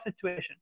situation